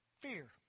fear